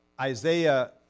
Isaiah